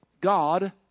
God